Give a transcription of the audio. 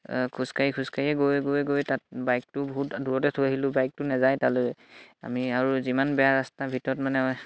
খোজকাঢ়ি খোজকাঢ়িয়ে গৈ গৈ গৈ তাত বাইকটো বহুত দূৰতে থৈ আহিলোঁ বাইকটো নেযায় তালৈ আমি আৰু যিমান বেয়া ৰাস্তা ভিতৰত মানে